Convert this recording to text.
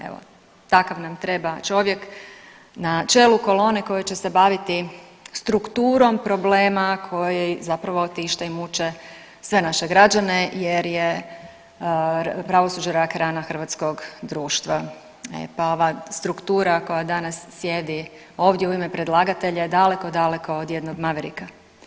Evo takav nam treba čovjek na čelu kolone koji će se baviti strukturom problema koji zapravo tište i muče sve naše građane jer je pravosuđe rak rana hrvatskog društva, pa ova struktura koja danas sjedi ovdje u ime predlagatelja je daleko, daleko od jednog Mavericka.